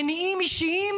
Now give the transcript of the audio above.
מניעים אישיים